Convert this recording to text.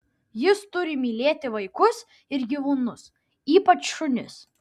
jis turi mylėti vaikus ir gyvūnus ypač šunis